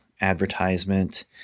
advertisement